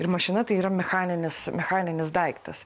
ir mašina tai yra mechaninis mechaninis daiktas